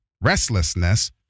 Restlessness